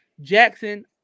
Jackson